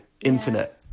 infinite